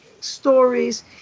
stories